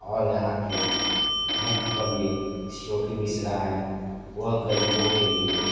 और यहाँ के मुख्य पंडित श्लोकी मिश्रा हैं वह ग़रीबों के लिए